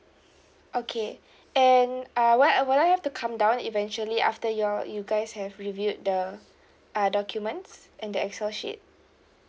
okay and uh what uh would I have to come down eventually after y'all you guys have reviewed the uh documents and excel sheet